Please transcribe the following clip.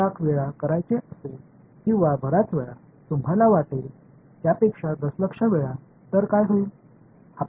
இதை நான் 1 லட்சம் முறை அல்லது அதிக எண்ணிக்கையிலான மில்லியன் முறை செய்ய வேண்டுமானால் என்ன நடக்கும் என்று உங்களுக்குத் தெரியுமா